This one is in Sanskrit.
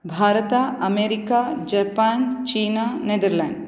भारतम् अमेरिका जपान् चिना नेदर्लेण्ड्